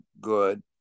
good